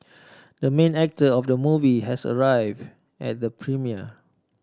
the main actor of the movie has arrive at the premiere